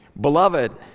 Beloved